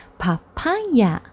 papaya